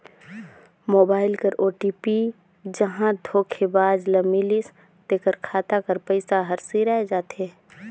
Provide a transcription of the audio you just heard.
mobile कर OTP जहां धोखेबाज ल मिलिस तेकर खाता कर पइसा हर सिराए जाथे